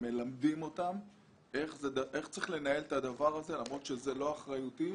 מלמדים אותם איך צריך לנהל את הדבר הזה למרות שזאת לא אחריותי,